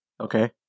Okay